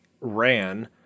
ran